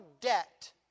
debt